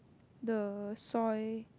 the soy